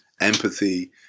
empathy